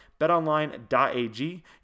betonline.ag